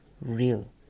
real